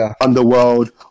Underworld